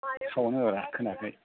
sound होब्रा खोनायाखै